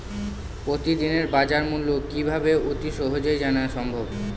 প্রতিদিনের বাজারমূল্য কিভাবে অতি সহজেই জানা সম্ভব?